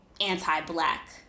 anti-black